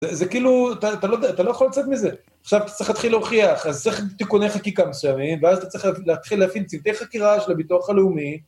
זה כאילו, אתה לא יכול לצאת מזה. עכשיו אתה צריך להתחיל להוכיח, אז צריך תיקוני חקיקה מסוימים, ואז אתה צריך להתחיל להפעיל צוותי חקירה של הביטוח הלאומי.